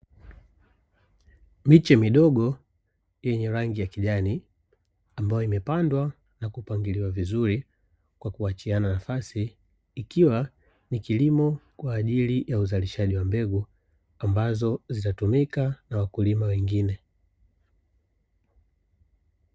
Miche midogo yenye rangi ya kijani ambayo imepandwa na kupangiliwa vizuri kwa kuachiana nafasi, ikiwa ni kilimo kwa ajili ya uzalishaji wa mbegu, ambazo zinatumika na wakulima wengine.